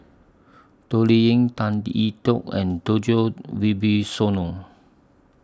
Toh Liying Tan Lee Tee Yoke and Djoko Wibisono